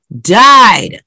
died